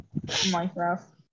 Minecraft